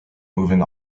moving